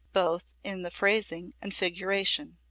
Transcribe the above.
both in the phrasing and figuration.